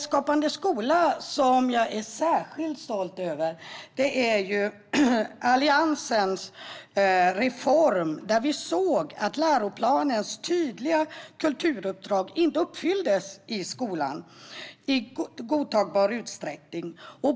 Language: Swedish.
Skapande skola, som jag är särskilt stolt över, är Alliansens reform: Vi såg att läroplanens tydliga kulturuppdrag inte uppfylldes i skolan i godtagbar utsträckning.